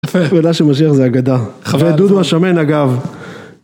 מידע שהוא משאיר זה אגדה, ודודו השמן אגב